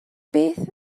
beth